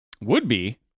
Would-be